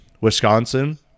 Wisconsin